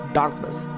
darkness